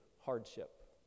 hardship